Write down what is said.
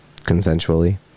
Consensually